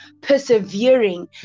persevering